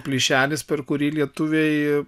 plyšelis per kurį lietuviai